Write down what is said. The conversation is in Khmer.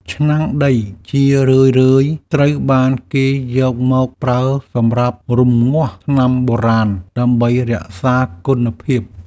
ឆ្នាំងដីជារឿយៗត្រូវបានគេយកមកប្រើសម្រាប់រំងាស់ថ្នាំបុរាណដើម្បីរក្សាគុណភាព។